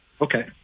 Okay